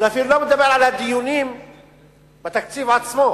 אני אפילו לא מדבר על הדיונים בתקציב עצמו.